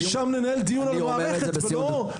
כי שם ננהל דיון על המערכת אבל לא נדרוס אותה.